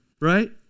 right